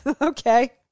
okay